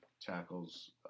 tackles